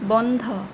বন্ধ